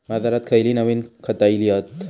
बाजारात खयली नवीन खता इली हत?